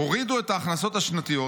הורידו את ההכנסות השנתיות